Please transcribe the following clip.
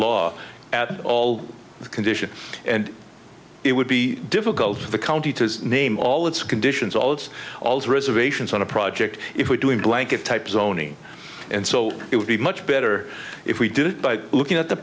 law at all condition and it would be difficult for the county to name all its conditions all its all reservations on a project if we're doing blanket type zoning and so it would be much better if we did it by looking at the